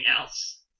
else